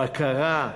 בקרה,